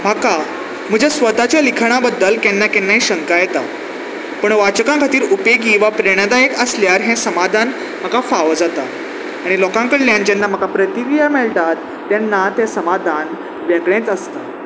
म्हाका म्हज्या स्वताच्या लिखणा बद्दल केन्ना केन्नाय शंका येता पूण वाचकां खातीर उपेगी वा प्रेरणादायक आसल्यार हें समाधान म्हाका फावो जाता आनी लोकां कडल्यान जेन्ना म्हाका प्रतिक्रिया मेळटात तेन्ना तें समाधान वेगळेंच आसता